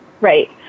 Right